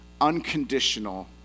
unconditional